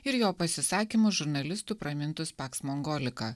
ir jo pasisakymus žurnalistų pramintus paks mongolika